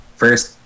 first